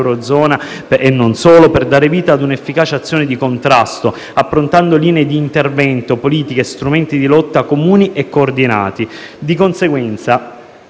dell'eurozona (e non solo) per dare vita a un'efficace azione di contrasto, approntando linee di intervento politiche e strumenti di lotta comuni e coordinati. Di conseguenza,